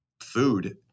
food